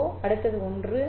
அடுத்தது ஒன்றோடு